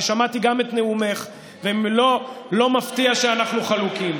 שמעתי גם את נאומך, ולא מפתיע שאנחנו חלוקים.